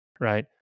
right